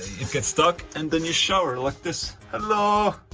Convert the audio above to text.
you get stuck and then you shower like this. hell. ah